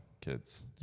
kids